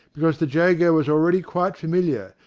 because the jago was already quite familiar,